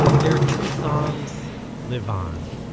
their two songs live on.